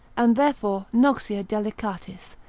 and therefore noxia delicatis,